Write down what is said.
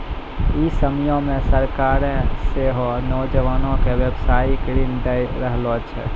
इ समयो मे सरकारें सेहो नौजवानो के व्यवसायिक ऋण दै रहलो छै